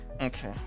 Okay